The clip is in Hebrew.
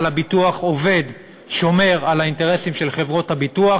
הביטוח עובד ושומר על האינטרסים של חברות הביטוח,